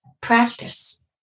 practice